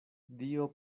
dio